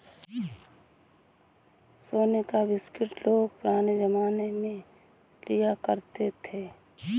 सोने का बिस्कुट लोग पुराने जमाने में लिया करते थे